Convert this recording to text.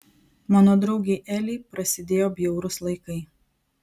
mano draugei elei prasidėjo bjaurūs laikai